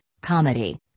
Comedy